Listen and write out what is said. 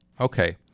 Okay